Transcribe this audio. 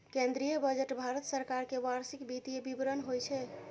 केंद्रीय बजट भारत सरकार के वार्षिक वित्तीय विवरण होइ छै